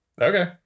Okay